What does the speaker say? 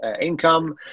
income